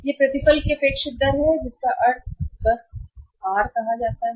यह प्रतिफल की अपेक्षित दर है जिसका अर्थ है कि बस आर कहा जाता है